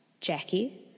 Jackie